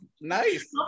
Nice